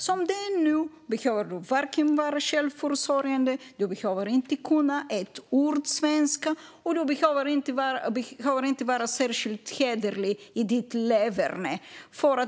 Som det är nu behöver du inte vara självförsörjande, du behöver inte kunna ett ord svenska och du behöver inte vara särskilt hederlig i ditt leverne.